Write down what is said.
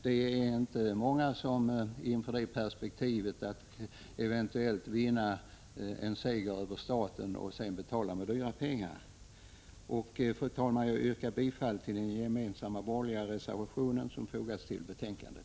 Det är inte många som är villiga att börja en process inför perspektivet att eventuellt vinna en seger över staten men sedan tvingas betala en dyr rättegång med egna pengar. Fru talman! Jag yrkar bifall till den gemensamma borgerliga reservation som har fogats till betänkandet.